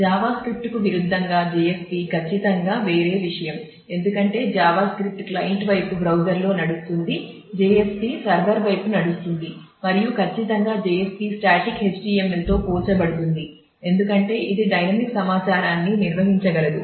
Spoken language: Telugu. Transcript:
జావా స్క్రిప్ట్కు విరుద్ధంగా JSP ఖచ్చితంగా వేరే విషయం ఎందుకంటే జావా స్క్రిప్ట్ క్లయింట్ వైపు బ్రౌజర్లో నడుస్తుంది JSP సర్వర్ వైపు నడుస్తుంది మరియు ఖచ్చితంగా JSP స్టాటిక్ HTML తో పోల్చబడుతుంది ఎందుకంటే ఇది డైనమిక్ సమాచారాన్ని నిర్వహించగలదు